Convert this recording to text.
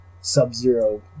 sub-zero